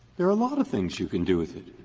there are a lot of things you can do with it.